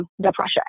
depression